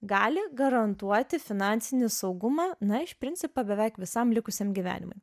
gali garantuoti finansinį saugumą na iš principo beveik visam likusiam gyvenimui